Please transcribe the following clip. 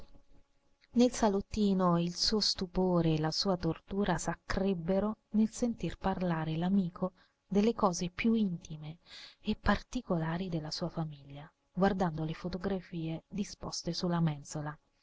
nel salottino il suo stupore e la sua tortura s'accrebbero nel sentir parlare l'amico delle cose più intime e particolari della sua famiglia guardando le fotografie disposte su la